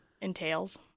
entails